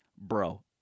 Bro